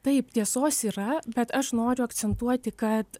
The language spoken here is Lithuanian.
taip tiesos yra bet aš noriu akcentuoti kad